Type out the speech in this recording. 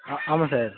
ஆ ஆமாம் சார்